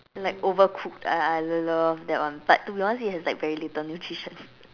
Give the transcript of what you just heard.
like overcooked I I love that one but to be honest it has like very little nutrition